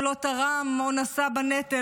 שלא תרם או נשא בנטל,